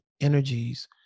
energies